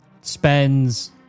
spends